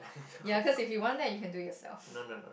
ya cause if you want that you can do it yourself